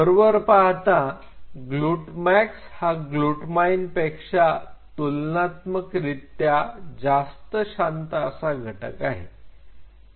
वरवर पाहता ग्लूटमॅक्स हा ग्लूटमाईन पेक्षा तुलनात्मकरित्या जास्त शांत असा घटक आहे